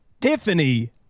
Tiffany